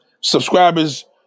subscribers